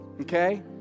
Okay